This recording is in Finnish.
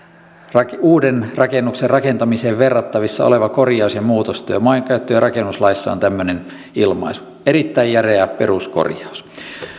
uuden rakennuksen rakentamiseen verrattavissa oleva korjaus ja muutostyö maankäyttö ja rakennuslaissa on tämmöinen ilmaisu erittäin järeä peruskorjaus